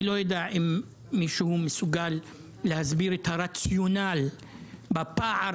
אני לא יודע אם מישהו מסוגל להסביר את הרציונל בפער